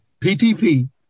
PTP